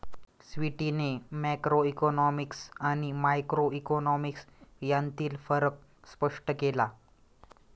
स्वीटीने मॅक्रोइकॉनॉमिक्स आणि मायक्रोइकॉनॉमिक्स यांतील फरक स्पष्ट केला